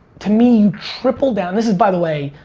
to me you triple down, this is by the way,